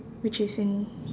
which is in